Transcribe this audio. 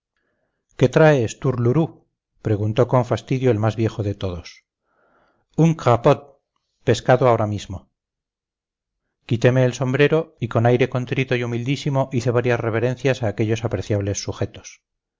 qué traes tourlourou preguntó con fastidio el más viejo de todos un crapaud pescado ahora mismo quiteme el sombrero y con aire contrito y humildísimo hice varias reverencias a aquellos apreciables sujetos